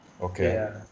Okay